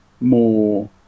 more